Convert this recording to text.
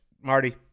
marty